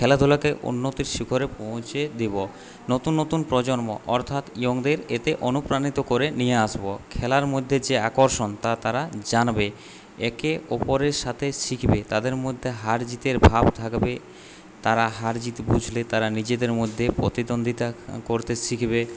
খেলাধূলাকে উন্নতির শিখরে পৌঁছে দেবো নতুন নতুন প্রজন্ম অর্থাৎ ইয়ংদের এতে অনুপ্রাণিত করে নিয়ে আসবো খেলার মধ্যে যে আকর্ষণ তা তারা জানবে একে অপরের সাথে শিখবে তাদের মধ্যে হার জিতের ভাব থাকবে তারা হার জিত বুঝলে তারা নিজেদের মধ্যে প্রতিদ্বন্দ্বীতা করতে শিখবে